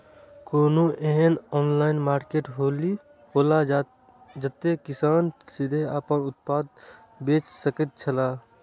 कोनो एहन online market हौला जते किसान सीधे आपन उत्पाद बेच सकेत छला?